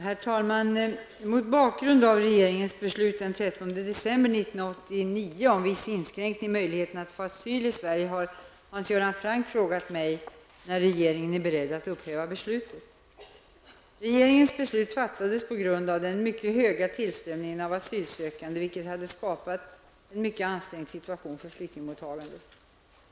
Herr talman! Mot bakgrund av regeringens beslut den 13 december 1989 om viss inskränkning i möjligheterna att få asyl i Sverige har Hans Göran Franck frågat mig när regeringen är beredd att upphäva beslutet. Regeringens beslut fattades på grund av den mycket stora tillströmningen av asylsökande, vilken hade skapat en mycket ansträngd situation för flyktingmottagandet.